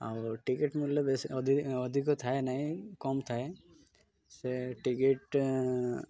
ଆଉ ଟିକେଟ୍ ମୂଲ୍ୟ ବେଶୀ ଅିକ ଅଧିକ ଥାଏ ନାହିଁ କମ ଥାଏ ସେ ଟିକେଟ୍